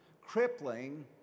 crippling